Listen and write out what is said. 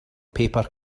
paper